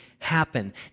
Happen